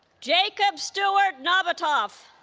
jacob stewart nabatoff